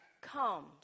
comes